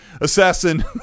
assassin